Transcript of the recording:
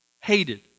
hated